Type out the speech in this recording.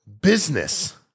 business